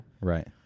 Right